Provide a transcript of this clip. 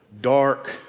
dark